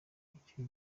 nicyo